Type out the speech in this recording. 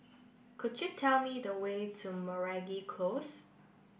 could you tell me the way to Close